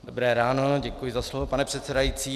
Dobré ráno, děkuji za slovo, pane předsedající.